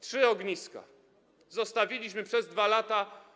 Trzy ogniska zostawiliśmy - przez 2 lata.